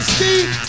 Steve